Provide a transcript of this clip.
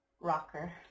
rocker